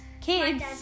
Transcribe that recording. Kids